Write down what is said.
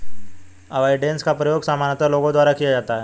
avoidance का प्रयोग सामान्यतः लोगों द्वारा किया जाता है